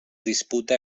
disputa